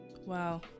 wow